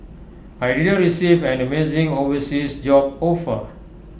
I didn't receive an amazing overseas job offer